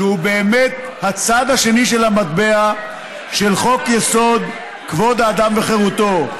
שהוא באמת הצד השני של המטבע של חוק-יסוד: כבוד האדם וחירותו,